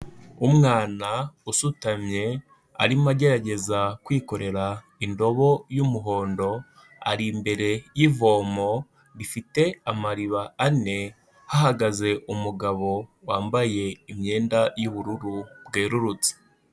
Umwana usutamye arimo agerageza kwikorera indobo y'umuhondo, ari imbere y'ivomo rifite amariba ane hahagaze umugabo wambaye imyenda y'ubururu bwererutse.